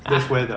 ah